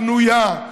בנויה,